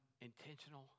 intentional